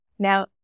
Now